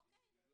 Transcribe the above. --- אי ספיקת לב.